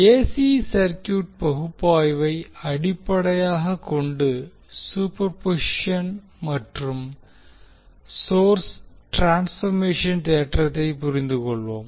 AC circuit பகுப்பாய்வை அடிப்படையாக கொண்டு சூப்பர்பொசிஷன் மற்றும் சோர்ஸ் ட்ரான்ஸ்பர்மேஷன் தேற்றத்தைப் புரிந்துகொள்வோம்